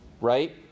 right